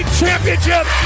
championship